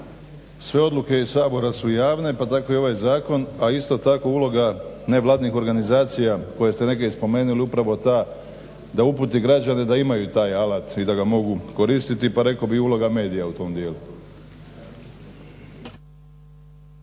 Sve odluke iz Sabora su javne pa tako i ovaj zakon a isto tako i uloga nevladinih organizacija koje ste negdje spomenuli. Upravo ta da uputi građane da imaju taj alat i da ga mogu koristiti pa rekao bih uloga medija u tom dijelu.